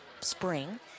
spring